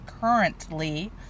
currently